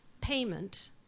payment